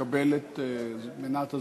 תקבל את מנת הזמן,